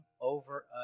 over